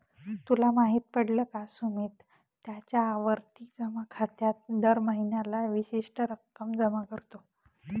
तुला माहित पडल का? सुमित त्याच्या आवर्ती जमा खात्यात दर महीन्याला विशिष्ट रक्कम जमा करतो